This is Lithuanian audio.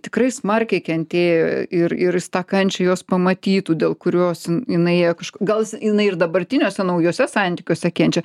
tikrai smarkiai kentėjo ir ir jis tą kančią jos pamatytų dėl kurios jinai gal jis jinai ir dabartiniuose naujuose santykiuose kenčia